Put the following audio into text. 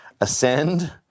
Ascend